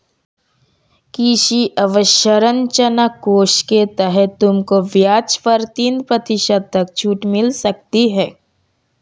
कृषि अवसरंचना कोष के तहत तुमको ब्याज पर तीन प्रतिशत तक छूट मिल सकती है